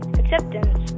acceptance